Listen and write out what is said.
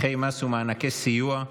(הליכי מס ומענקי סיוע),